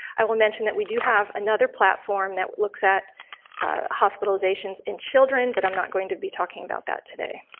i will mention that we do have another platform that looks at hospitalizations in children, but i'm not going to be talking about that today.